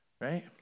right